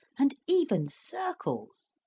and even circles.